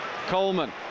Coleman